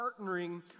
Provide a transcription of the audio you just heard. partnering